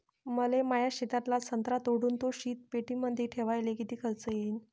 मले माया शेतातला संत्रा तोडून तो शीतपेटीमंदी ठेवायले किती खर्च येईन?